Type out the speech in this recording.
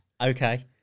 Okay